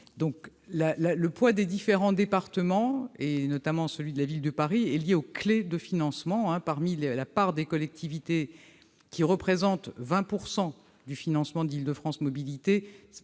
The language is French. et le poids des différents départements, et le poids de la Ville de Paris sont liés aux clés de financement. La part des collectivités représente 20 % du financement d'Île-de-France Mobilités,